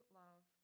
love